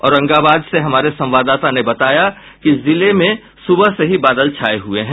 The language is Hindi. औरंगाबाद से हमारे संवाददाता ने बताया कि जिले में सुबह से ही बादल छाये हुए हैं